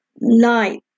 light